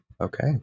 Okay